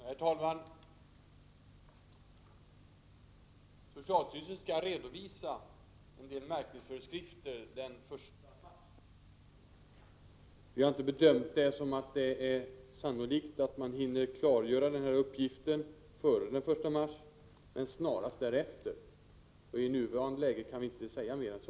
Herr talman! Socialstyrelsen skall redovisa en del märkningsföreskrifter den 1 mars. Vi har inte bedömt det som sannolikt att man hinner bli klar med den uppgiften före den 1 mars, men vi utgår från att man blir klar snarast därefter. I nuvarande läge kan vi inte säga mer än så.